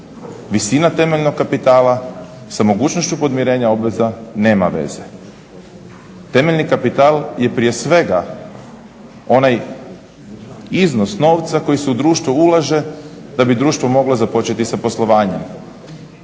Visina temeljnog kapitala sa mogućnošću podmirenja obveza nema veze. Temeljni kapital je prije svega onaj iznos novca koji se u društvo ulaže da bi društvo moglo započeti sa poslovanjem.